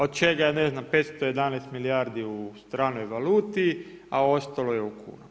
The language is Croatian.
Od čega je ne znam, 511 milijardi u stranoj valuti, a ostalo je kunama.